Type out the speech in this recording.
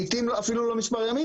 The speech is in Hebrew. לעיתים זה גם לא מספר ימים,